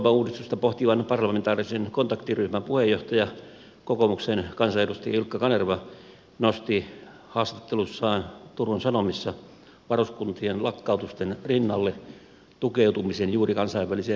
puolustusvoimauudistusta pohtivan parlamentaarisen kontaktiryhmän puheenjohtaja kokoomuksen kansanedustaja ilkka kanerva nosti haastattelussaan turun sanomissa varuskuntien lakkautusten rinnalle tukeutumisen juuri kansainväliseen puolustusyhteistyöhön